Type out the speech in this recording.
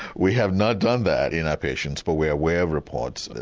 we have not done that in our patients but we are aware of reports,